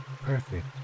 perfect